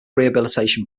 rehabilitation